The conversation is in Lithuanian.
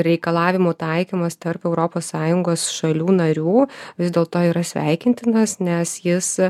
reikalavimų taikymas tarp europos sąjungos šalių narių vis dėlto yra sveikintinas nes jis